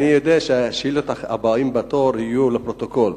אני יודע שהשאילתות הבאות בתור יהיו לפרוטוקול.